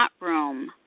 room